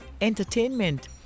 entertainment